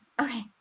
okay